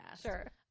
Sure